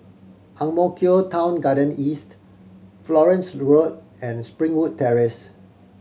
Ang Mo Kio Town Garden East Florence Road and Springwood Terrace